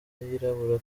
yirabura